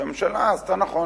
שהממשלה עשתה נכון,